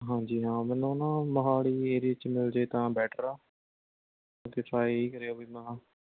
ਹਾਂਜੀ ਹਾਂ ਮੈਨੂੰ ਨਾ ਮੋਹਾਲੀ ਏਰੀਏ 'ਚ ਮਿਲ ਜੇ ਤਾਂ ਬੈਟਰ ਹੈ